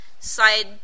side